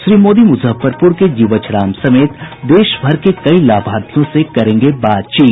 श्री मोदी मुजफ्फरपुर के जीवछ राम समेत देशभर के कई लाभार्थियों से करेंगे बातचीत